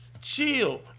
chill